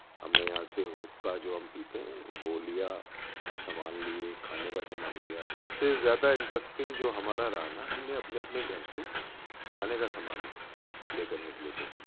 ہم نے یہاں سے حقّہ جو ہم پیتے ہیں وہ لیا سمان لئے کھانے کا سامان لیا سب سے زیادہ انٹرسٹنگ جو ہمارا رہا نا ہم نے اپنے اپنے گھر سے کھانے کا سامان لے کر نکلے تھے